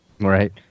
right